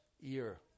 year